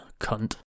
cunt